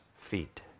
feet